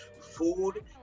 food